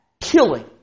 killing